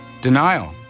Denial